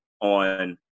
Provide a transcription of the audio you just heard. on